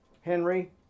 Henry